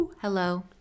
Hello